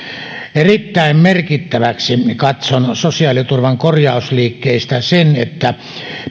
erittäin merkittäväksi katson sosiaaliturvan korjausliikkeistä sen että